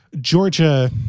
georgia